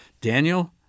Daniel